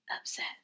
upset